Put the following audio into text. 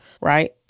right